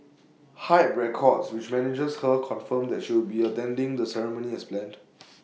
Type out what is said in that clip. hype records which manages her confirmed that she would be attending the ceremony as planned